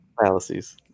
fallacies